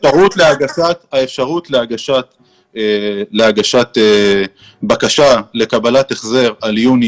האפשרות להגשת בקשה לקבלת החזר על יוני,